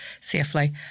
safely